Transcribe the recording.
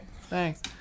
thanks